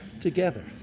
together